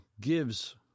gives